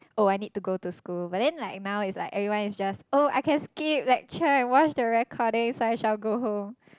oh I need to go to school but then like now is like everyone is just oh I can skip lecture and watch the recording so I shall go home